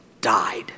died